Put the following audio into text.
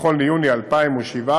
נכון ליוני 2017,